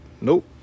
Nope